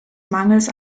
mangels